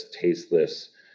tasteless